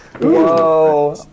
Whoa